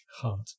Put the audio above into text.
heart